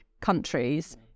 countries